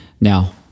Now